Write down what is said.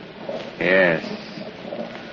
Yes